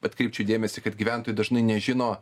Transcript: atkreipčiau į dėmesį kad gyventojai dažnai nežino